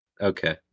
Okay